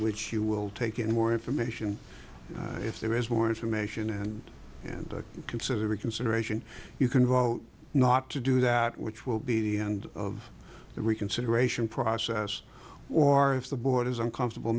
which you will take any more information if there is more information and and to consider reconsideration you can vote not to do that which will be the end of the reconsideration process or if the board is uncomfortable